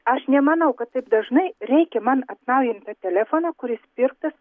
aš nemanau kad taip dažnai reikia man atnaujint tą telefoną kuris pirktas